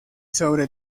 sobre